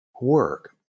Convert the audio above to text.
work